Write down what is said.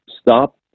stop